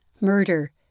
murder